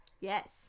Yes